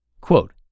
Quote